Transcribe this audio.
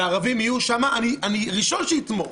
והערבים יהיו שם אני הראשון שיתמוך.